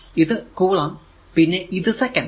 ഇത് കുളം പിന്നെ ഇത് സെക്കന്റ്